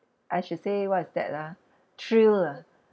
I should say what is that ah thrill ah